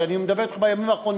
הרי אני מדבר אתך על הימים האחרונים,